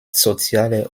soziale